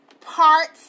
parts